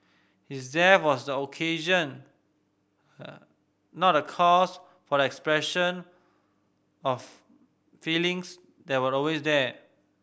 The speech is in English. his death was occasion not the cause for the expression of feelings that were always there